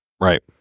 right